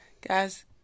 Guys